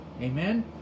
Amen